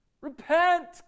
Repent